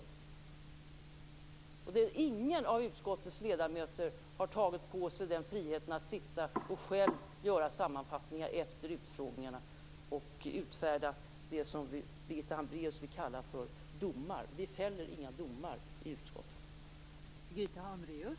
Det är ingen av utskottets ledamöter som har tagit sig den friheten att själv göra sammanfattningar efter utfrågningarna och utfärda det som Birgitta Hambraeus kallar för domar. Vi fäller inga domar i utskottet.